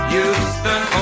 Houston